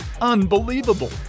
unbelievable